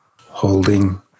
holding